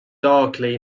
darkly